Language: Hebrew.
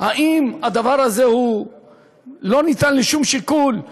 האם הדבר הזה לא נתון לשום שיקול?